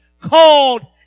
called